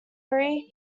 free